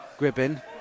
Gribbin